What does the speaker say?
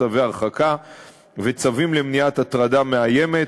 צווי הרחקה וצווים למניעת הטרדה מאיימת.